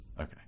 Okay